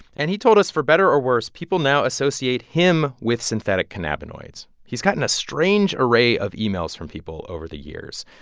and he told us, for better or worse, people now associate him with synthetic cannabinoids. he's gotten a strange array of emails from people over the years.